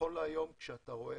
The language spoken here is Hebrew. נכון להיום, כשאתה רואה